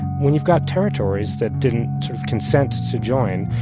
when you've got territories that didn't consent to join,